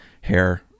hair